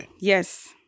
Yes